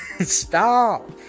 Stop